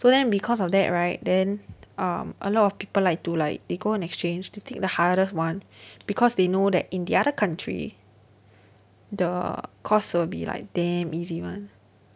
so then because of that right then um a lot of people like to like go on exchange to take the hardest one because they know that in the other country the course will be like damn easy [one]